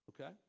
Okay